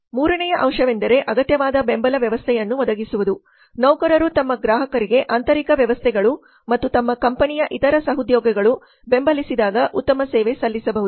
ಮೂರನೆಯ ಅಂಶವೆಂದರೆ ಅಗತ್ಯವಾದ ಬೆಂಬಲ ವ್ಯವಸ್ಥೆಯನ್ನು ಒದಗಿಸುವುದು ನೌಕರರು ತಮ್ಮ ಗ್ರಾಹಕರಿಗೆ ಆಂತರಿಕ ವ್ಯವಸ್ಥೆಗಳು ಮತ್ತು ತಮ್ಮ ಕಂಪನಿಯ ಇತರ ಸಹೋದ್ಯೋಗಿಗಳು ಬೆಂಬಲಿಸಿದಾಗ ಉತ್ತಮ ಸೇವೆ ಸಲ್ಲಿಸಬಹುದು